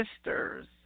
sisters